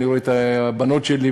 אני רואה את הבנות שלי,